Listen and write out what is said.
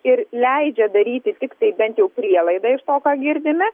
ir leidžia daryti tiktai bent jau prielaidą iš to ką girdime